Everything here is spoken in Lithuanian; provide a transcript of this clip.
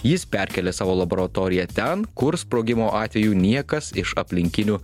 jis perkėlė savo laboratoriją ten kur sprogimo atveju niekas iš aplinkinių